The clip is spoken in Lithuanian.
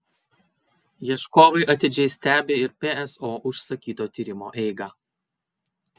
ieškovai atidžiai stebi ir pso užsakyto tyrimo eigą